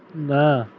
ନା